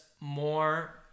more